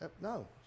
No